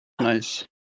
Nice